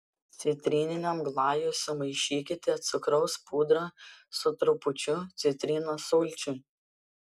citrininiam glajui sumaišykite cukraus pudrą su trupučiu citrinos sulčių